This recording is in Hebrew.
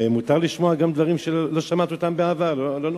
ומותר לשמוע גם דברים שלא שמעת בעבר, לא נורא,